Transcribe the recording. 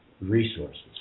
resources